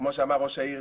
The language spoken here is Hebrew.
כמו שאמר ראש העיר,